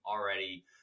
already